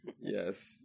Yes